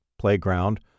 playground